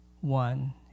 one